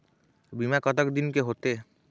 बीमा कतक दिन के होते?